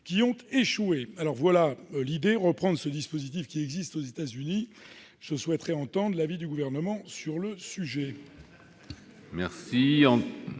qui ont échoué. L'idée est donc de reprendre en France ce dispositif qui existe aux États-Unis. Je souhaiterais entendre l'avis du Gouvernement sur le sujet.